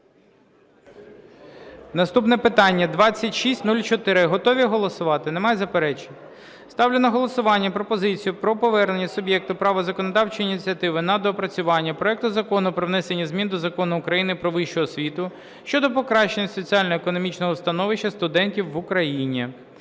Наступне питання 2604, готові голосувати? Немає заперечень? Ставлю на голосування пропозицію про повернення суб'єкту права законодавчої ініціативи на доопрацювання проекту Закону про внесення змін до Закону України "Про вищу освіту" щодо покращення соціально-економічного становища студентів в Україні